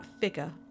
figure